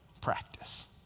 practice